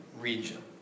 region